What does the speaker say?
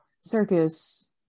circus